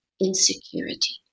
insecurity